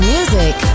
Music